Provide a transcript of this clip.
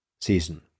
Season